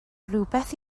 rywbeth